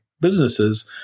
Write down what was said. businesses